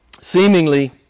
seemingly